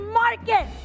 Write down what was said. market